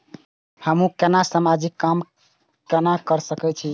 हमू केना समाजिक काम केना कर सके छी?